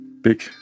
big